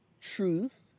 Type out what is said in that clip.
truth